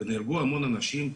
ונהרגו המון אנשים,